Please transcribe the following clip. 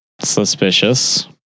Suspicious